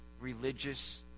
religious